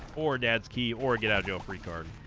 or dad's key or get-out-of-jail-free card